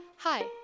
Hi